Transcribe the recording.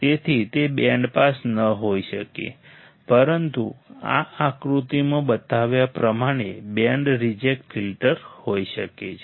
તેથી તે band pass ન હોઈ શકે પરંતુ આ આકૃતિમાં બતાવ્યા પ્રમાણે બેન્ડ રિજેક્ટ ફિલ્ટર હોઈ શકે છે